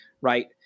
right